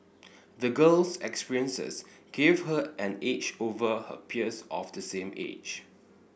the girl's experiences gave her an edge over her peers of the same age